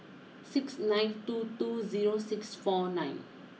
six nine two two zero six four nine